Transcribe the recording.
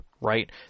right